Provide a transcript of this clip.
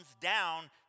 down